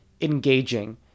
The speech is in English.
engaging